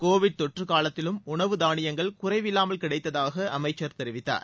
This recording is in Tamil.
கோவிட் தொற்று காலத்திலும் உணவு தானியங்கள் குறைவில்லாமல் கிடைத்ததாக அமைச்சர் தெரிவித்தார்